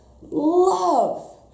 love